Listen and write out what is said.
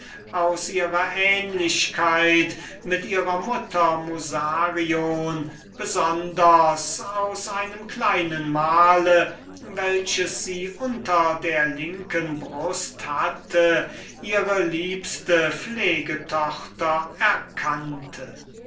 aus ihrer ähnlichkeit mit ihrer mutter musarion und besonders aus einem kleinen mal welches sie unter der linken brust hatte ihre allerliebste pflegtochter erkannte